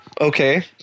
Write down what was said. Okay